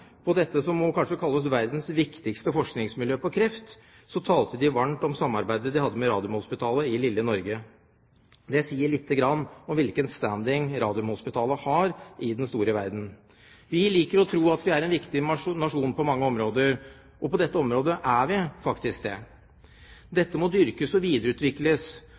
dette som må kalles et av verdens viktigste forskningsmiljø på kreft, så talte de varmt om samarbeidet de hadde med Radiumhospitalet i lille Norge. Det sier lite grann om hvilken «standing» Radiumhospitalet har i den store verden. Vi liker å tro at vi er en viktig nasjon på mange områder. På dette området er vi faktisk det. Dette må dyrkes og videreutvikles.